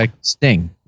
Sting